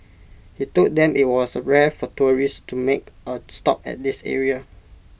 he told them IT was rare for tourists to make A stop at this area